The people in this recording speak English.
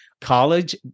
college